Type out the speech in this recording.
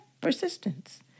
Persistence